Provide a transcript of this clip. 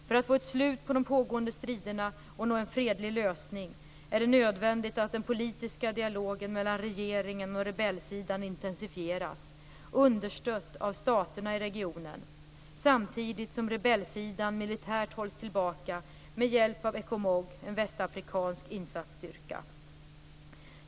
För att få ett slut på de pågående striderna och nå en fredlig lösning är det nödvändigt att den politiska dialogen mellan regeringen och rebellsidan intensifieras, understödd av staterna i regionen, samtidigt som rebellsidan militärt hålls tillbaka med hjälp av Ecomog, en västafrikansk insatsstyrka.